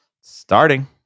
Starting